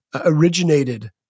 originated